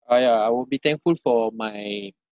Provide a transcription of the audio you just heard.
ah ya I would be thankful for my